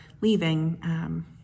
leaving